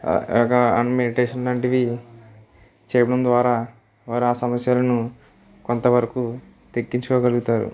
ఆ మెడిటేషన్ లాంటివి చేయడం ద్వారా వారు ఆ సమస్యలను కొంతవరకు తగ్గించుకోగలుగుతారు